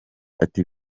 ati